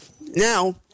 Now